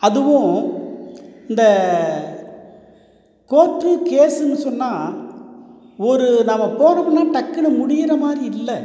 அதுவும் இந்தக் கோர்ட்டு கேஸ்ஸுன்னு சொன்னால் ஒரு நாம போகணும்னா டக்குன்னு முடியுற மாதிரி இல்லை